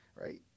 right